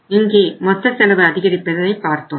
இங்கே மொத்த செலவு அதிகரிப்பதை பாரத்தோம்